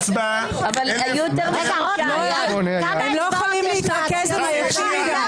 הם לא יכולים להתרכז, הם עייפים מדיי.